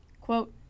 quote